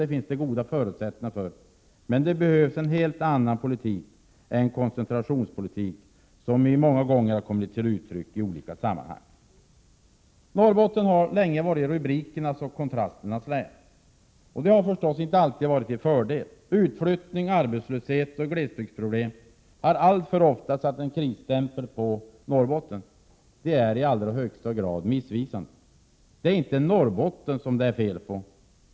Det finns goda förutsättningar för det, men då behövs en helt annan politik än den koncentrationspolitik som många gånger kommit till uttryck i olika sammanhang. Norrbotten har länge varit rubrikernas och kontrasternas län. Det har inte alltid varit en fördel. Utflyttning, arbetslöshet och glesbygdsproblem har alltför ofta satt en krisstämpel på Norrbotten. Det är i allra högsta grad missvisande. Det är inte Norrbotten som det är fel på.